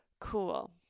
cool